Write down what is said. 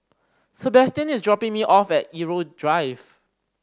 Sebastian is dropping me off at Irau Drive